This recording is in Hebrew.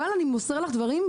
אבל אני מוסר לך דברים,